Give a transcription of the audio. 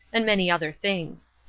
and many other things.